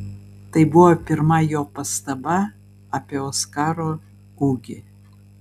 tai buvo pirma jo pastaba apie oskaro ūgį